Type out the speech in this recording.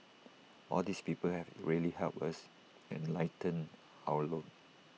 all these people have really helped us and lightened our load